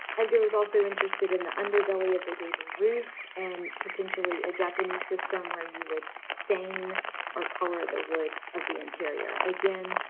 edgar was also interested in the underbelly of the gable roof. and potentially, a japanese system, where you would stain or color the wood of the interior. again,